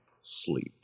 sleep